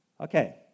Okay